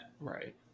Right